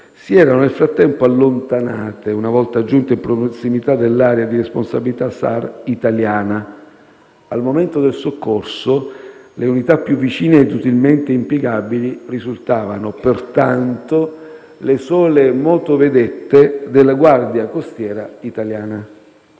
si erano nel frattempo allontanate una volta giunte in prossimità dell'area di responsabilità SAR italiana. Al momento del soccorso le unità più vicine e utilmente impiegabili risultavano, pertanto, le sole motovedette della Guardia costiera italiana.